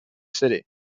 city